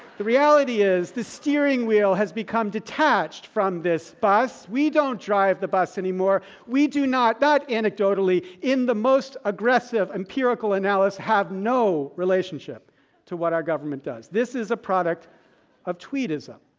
the reality is the steering wheel has become detached from this bus, we don't drive the bus anymore. we do not, that anecdotally, in the most aggressive empirical analysis have no relationship to what our government does. this is a product of tweedism.